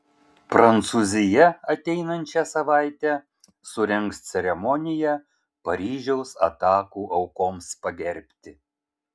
prancūzija ateinančią savaitę surengs ceremoniją paryžiaus atakų aukoms pagerbti